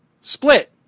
split